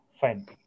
Fine